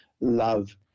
love